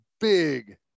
big